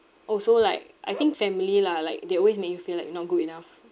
also like I think family lah like they always make you feel like not good enough